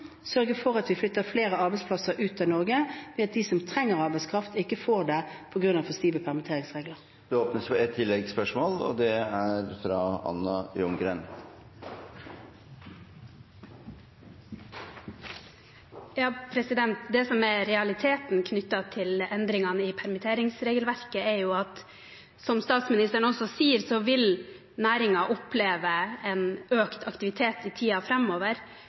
flytter flere arbeidsplasser ut av Norge ved at de som trenger arbeidskraft, ikke får det på grunn av for stive permitteringsregler. Det åpnes for ett oppfølgingsspørsmål – fra Anna Ljunggren. Det som er realiteten knyttet til endringene i permitteringsregelverket, er jo, som statsministeren også sier, at næringen vil oppleve en økt aktivitet i